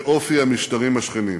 באופי המשטרים השכנים,